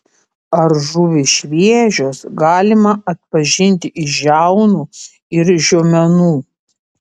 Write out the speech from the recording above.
ar žuvys šviežios galima atpažinti iš žiaunų ir žiomenų